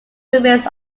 remains